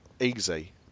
easy